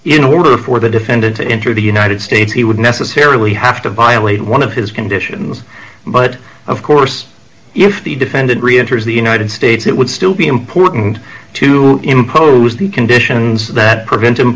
in order for the defendant to enter the united states he would necessarily have to violate one of his conditions but of course if the defendant reenters the united states it would still be important to impose the conditions that prevent